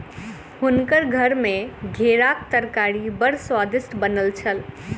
हुनकर घर मे घेराक तरकारी बड़ स्वादिष्ट बनल छल